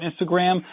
Instagram